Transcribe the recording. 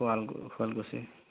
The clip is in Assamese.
শুৱালকু শুৱালকুছিৰ